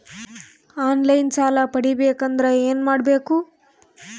On line ಸಾಲ ಪಡಿಬೇಕಂದರ ಏನಮಾಡಬೇಕು?